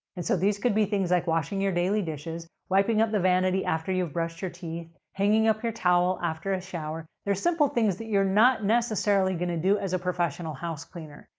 and so, these could be things like washing your daily dishes, wiping up the vanity after you've brushed your teeth, hanging up your towel after a shower. there are simple things that you're not necessarily going to do as a professional house cleaner.